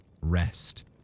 rest